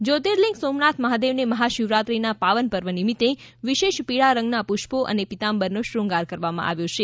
જ્યોતિર્લિંગ સોમનાથ મહાદેવને મહા શિવરાત્રીના પાવન પર્વ નિમિત્તે વિશેષ પીળા રંગનાં પુષ્પો પીતાંબરનો શૃંગાર કરવામાં આવેલ છે